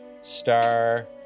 Star